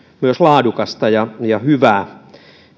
myös laadukasta ja ja hyvää